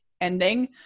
ending